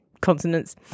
consonants